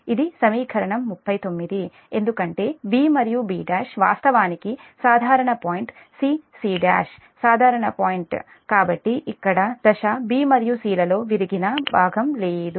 ఇది సమీకరణం 39 ఎందుకంటే b మరియు b1 వాస్తవానికి సాధారణ పాయింట్ c c1 సాధారణ పాయింట్ బిందువు కాబట్టి ఇక్కడ దశ b మరియు c లలో విరిగిన భాగం లేదు